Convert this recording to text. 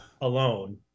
alone